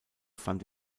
fand